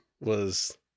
was-